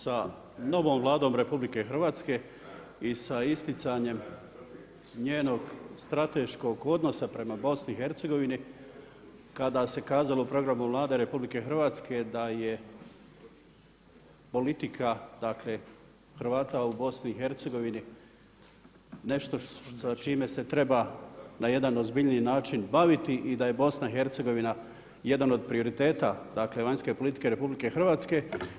Sa novom Vladom RH i sa isticanjem njenog strateškog odnosa prema BiH kada se kazalo u programu Vlade RH da je politika dakle Hrvata u BiH nešto sa čime se treba na jedan ozbiljniji način baviti i da je BiH jedan od prioriteta, dakle vanjske politike RH.